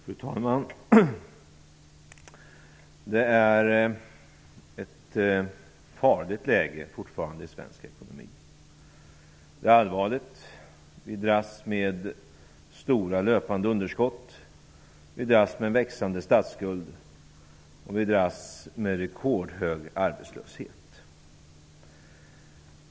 Fru talman! Det är fortfarande ett farligt läge i svensk ekonomi. Det är allvarligt. Vi dras med stora löpande underskott, en växande statsskuld och rekordhög arbetslöshet.